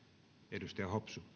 arvoisa